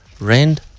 Rand